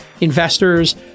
investors